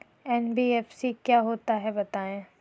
NBFC क्या होता है बताएँ?